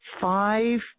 five